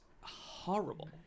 horrible